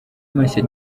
mashya